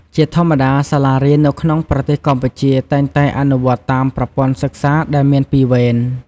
ជាធម្មតា សាលារៀននៅក្នុងប្រទេសកម្ពុជាតែងតែអនុវត្តតាមប្រព័ន្ធសិក្សាដែលមានពីរវេន។